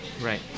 Right